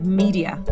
media